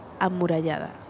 amurallada